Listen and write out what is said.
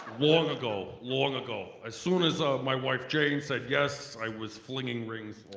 long ago, long ago. as soon as ah my wife jane said yes i was flinging rings.